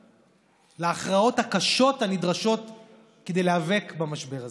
להכרעות הקשות הנדרשות כדי להיאבק במשבר הזה.